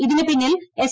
ഇതിന് പിന്നിൽ എസ്